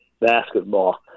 basketball